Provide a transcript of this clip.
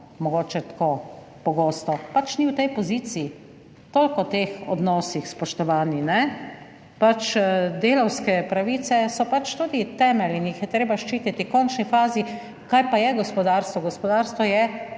mogoče tako pogosto. Pač ni v tej poziciji. Toliko o teh odnosih, spoštovani, kajne. Pač, delavske pravice so pač tudi temelj in jih je treba ščititi, v končni fazi, kaj pa je gospodarstvo? Gospodarstvo je